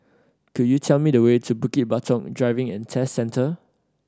could you tell me the way to Bukit Batok Driving and Test Centre